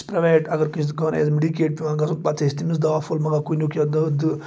private اگر کٲنٛسہِ آسہِ میڈِکیڈ پٮ۪وان گژھُن پَتہٕ ٲسۍ تٔمِس دَوا پھوٚل مگر کُنہِ یا دۄہ دٔہ